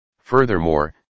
Furthermore